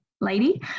lady